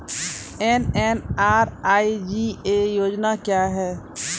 MNREGA योजना क्या हैं?